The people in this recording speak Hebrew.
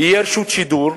שתהיה רשות שידור,